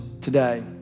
today